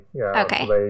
Okay